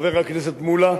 חבר הכנסת מולה,